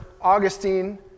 Augustine